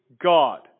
God